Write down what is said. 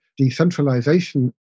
decentralization